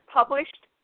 published